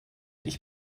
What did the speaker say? ich